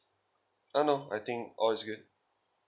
uh no I think all is good